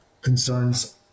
concerns